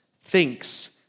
thinks